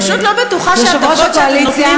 אני פשוט לא בטוחה שההטבות שאתם נותנים